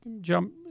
jump